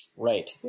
Right